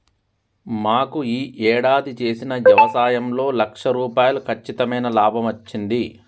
మాకు యీ యేడాది చేసిన యవసాయంలో లక్ష రూపాయలు కచ్చితమైన లాభమచ్చింది